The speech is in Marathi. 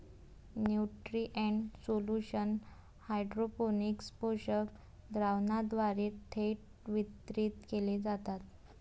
न्यूट्रिएंट सोल्युशन हायड्रोपोनिक्स पोषक द्रावणाद्वारे थेट वितरित केले जातात